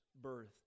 birth